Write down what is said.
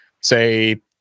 say